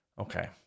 Okay